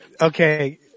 okay